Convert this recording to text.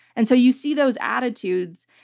and so you see those attitudes,